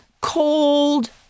cold